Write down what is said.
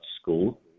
school